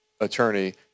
attorney